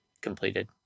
completed